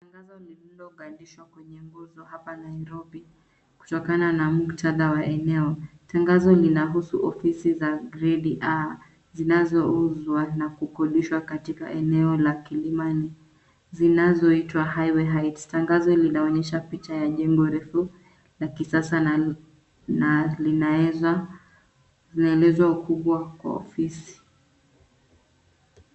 Tangazo lililogandishwa kwenye nguzo hapa Nairobi, kutokana na muktadha wa eneo, tangazo linahusu ofisi za grade a zinzouzwa na kukondishwa katika eneo la kilimani zinzoitwa highway heights Tangazo linaonyesha picha ya nyumba refu la kisasa na linaeleza ukubwa kwa ofisi.